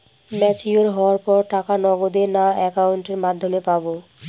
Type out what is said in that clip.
Mature হওয়ার পর টাকা নগদে না অ্যাকাউন্টের মাধ্যমে পাবো?